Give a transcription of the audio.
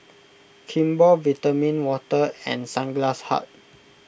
Kimball Vitamin Water and Sunglass Hut